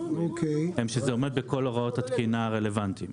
שזה עומד בכל הוראות התקינה הרלוונטיים.